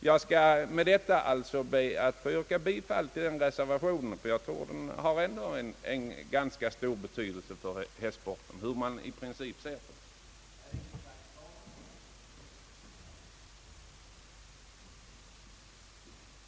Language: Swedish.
Jag ber med detta alltså att få yrka bifall till reservationen, ty jag tror att vad som däri föreslås är av vikt för hästaveln, hur man än i princip ser på saken.